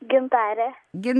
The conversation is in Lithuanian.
koks dar sargus labai